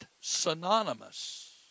synonymous